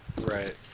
right